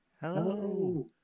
Hello